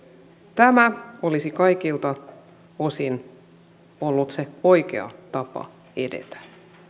tämä olisi kaikilta osin ollut se oikea tapa edetä